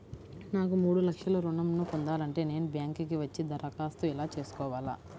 నాకు మూడు లక్షలు ఋణం ను పొందాలంటే నేను బ్యాంక్కి వచ్చి దరఖాస్తు చేసుకోవాలా?